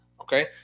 okay